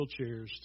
wheelchairs